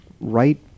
right